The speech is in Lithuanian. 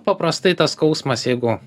paprastai tas skausmas jeigu